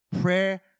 Prayer